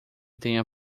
tenha